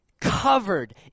covered